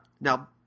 Now